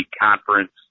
conference